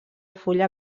fulla